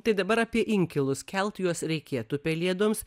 tai dabar apie inkilus kelt juos reikėtų pelėdoms